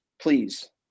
Please